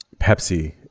Pepsi